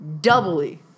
doubly